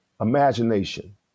imagination